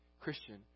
Christian